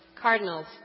cardinals